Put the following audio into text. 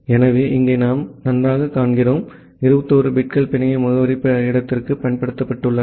எனவே இங்கே நாம் நன்றாகக் காண்கிறோம் 21 பிட்கள் பிணைய முகவரி இடத்திற்கு பயன்படுத்தப்பட்டுள்ளன